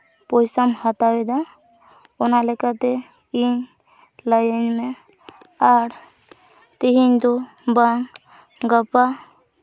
ᱯᱚᱭᱥᱟᱢ ᱦᱟᱛᱟᱣᱮᱫᱟ ᱚᱱᱟ ᱞᱮᱠᱟᱛᱮ ᱤᱧ ᱞᱟᱹᱭᱟᱹᱧ ᱢᱮ ᱟᱨ ᱛᱮᱦᱮᱧ ᱫᱚ ᱵᱟᱝ ᱜᱟᱯᱟ